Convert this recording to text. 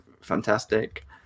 fantastic